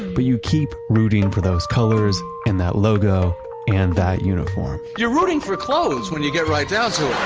but you keep rooting for those colors and that logo and that uniform you're rooting for clothes when you get right down to ah